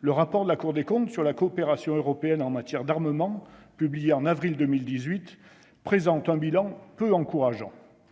Le rapport de la Cour des comptes sur la coopération européenne en matière d'armement publié en avril 2018 présente un bilan peu encourageant